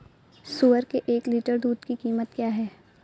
सुअर के एक लीटर दूध की कीमत क्या है?